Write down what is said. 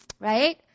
right